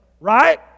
Right